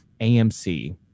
AMC